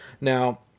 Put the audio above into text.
now